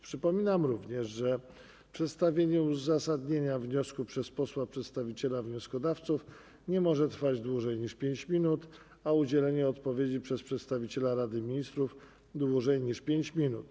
Przypominam również, że przedstawienie uzasadnienia wniosku przez posła przedstawiciela wnioskodawców nie może trwać dłużej niż 5 minut, a udzielenie odpowiedzi przez przedstawiciela Rady Ministrów - dłużej niż 5 minut.